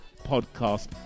podcast